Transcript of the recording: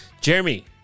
jeremy